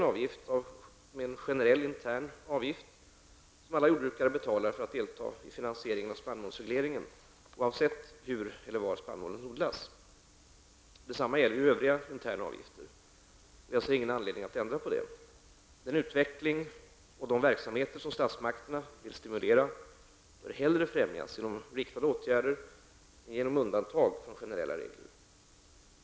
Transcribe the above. Avgiften är en generell intern avgift som alla jordbrukare betalar för att delta i finansieringen av spannmålsregleringen, oavsett hur eller var spannmålen odlas. Detsamma gäller övriga interna avgifter. Jag ser ingen anledning att ändra på detta. Den utvecklingen och de verksamheter som statsmakterna vill stimulera bör hellre främjas genom riktade åtgärder än genom undantag från generella regler.